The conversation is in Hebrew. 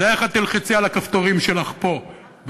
זה איך את תלחצי על הכפתורים שלך פה,